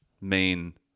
main